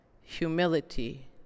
humility